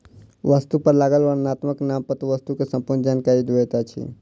वस्तु पर लागल वर्णनात्मक नामपत्र वस्तु के संपूर्ण जानकारी दैत अछि